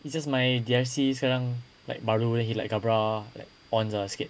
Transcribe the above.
it's just my D_I_C sekarang like baru like ons ah sikit